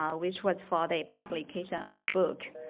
um which was for the publication of the book,